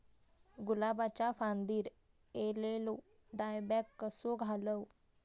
गुलाबाच्या फांदिर एलेलो डायबॅक कसो घालवं?